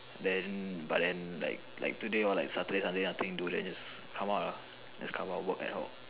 then but then like like today hor like Saturday Sunday nothing do then just come out lor just come out do ad Hoc